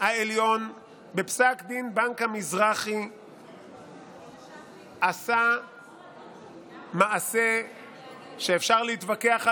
בפסק דין בנק המזרחי בית המשפט העליון עשה מעשה שאפשר להתווכח עליו,